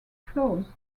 flaws